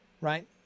right